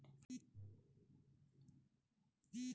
రుణాలను తిరిగి చెల్లించే వివిధ పద్ధతులు ఏమిటి?